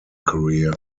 career